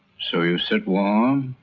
so you sit warm,